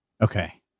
Okay